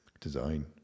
design